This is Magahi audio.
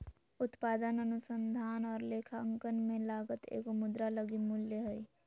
उत्पादन अनुसंधान और लेखांकन में लागत एगो मुद्रा लगी मूल्य हइ